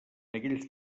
aquells